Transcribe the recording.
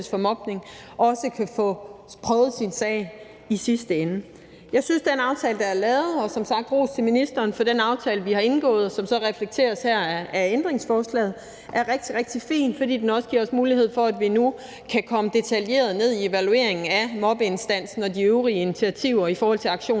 for mobning, vil have prøvet sin sag i sidste ende. Jeg synes, at den aftale, der er lavet – og som sagt ros til ministeren for den aftale, vi har indgået, og som så reflekteres her af ændringsforslaget – er rigtig, rigtig fin, fordi den også giver os mulighed for, at vi nu kan komme detaljeret ned i evalueringen af mobbeinstansen og de øvrige initiativer i forhold til